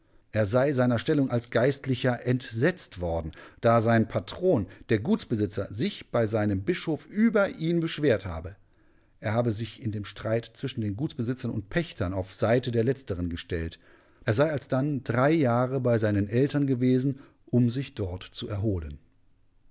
er sei seiner stellung als geistlicher entsetzt worden da sein patron der gutsbesitzer sich bei seinem bischof über ihn beschwert habe er habe sich in dem streit zwischen den gutsbesitzern und pächtern auf seite der letzteren gestellt er sei alsdann drei jahre bei seinen eltern gewesen um sich dort zu erholen